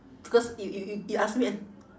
because you you you you ask me and